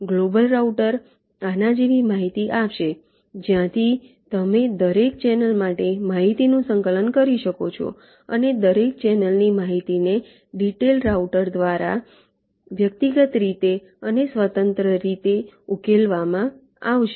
global router આના જેવી માહિતી આપશે જ્યાંથી તમે દરેક ચેનલ માટે માહિતીનું સંકલન કરી શકો છો અને દરેક ચેનલની માહિતીને ડિટેઇલ્ડ રાઉટર દ્વારા વ્યક્તિગત રીતે અને સ્વતંત્ર રીતે ઉકેલવામાં આવશે